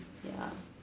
ya